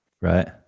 Right